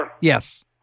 Yes